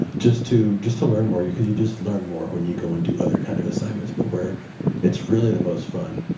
just to just to learn more because you just learn more when you go and do other kind of assignments. but where it's really the most fun,